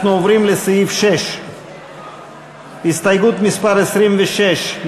אנחנו עוברים לסעיף 6. הסתייגות מס' 26,